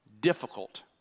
difficult